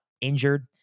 injured